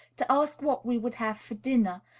to ask what we would have for dinner,